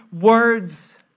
words